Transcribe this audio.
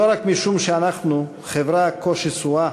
לא רק משום שאנחנו חברה כה שסועה,